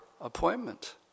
appointment